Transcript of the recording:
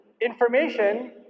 information